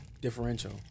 differential